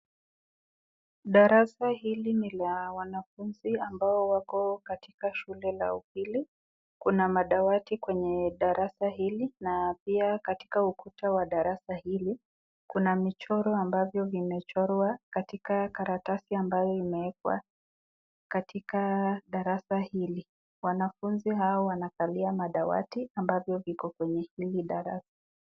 Darasa hili ni la wanafunzi ambao wako katika shule ya upili. Kuna madawati kwenye darasa hili na pia katika ukuta wa darasa hili kuna michoro ambavyo vimechorwa katika karatasi ambayo imewekwa katika darasa hili. Wanafunzi hawa wanakalia madawati ambavyo viko kwenye hili darasa.